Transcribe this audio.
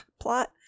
plot